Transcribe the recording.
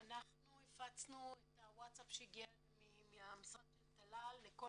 אנחנו הפצנו את הווטאסאפ שהגיע אלינו מהמשרד של טלל לכל